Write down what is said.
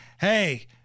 hey